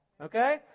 Okay